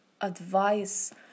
advice